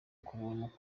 kubuntu